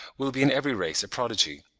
will be in every race a prodigy.